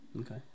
okay